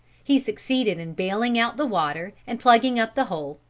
he succeeded in bailing out the water and plugging up the hole,